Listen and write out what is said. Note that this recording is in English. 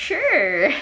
sure